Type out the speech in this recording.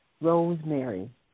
rosemary